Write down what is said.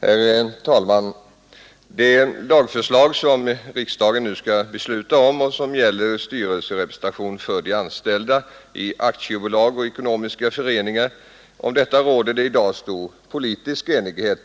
Herr talman! Beträffande det lagförslag som riksdagen nu skall besluta om och som gäller styrelserepresentation för de anställda i aktiebolag och ekonomiska föreningar råder det i dag stor politisk enighet,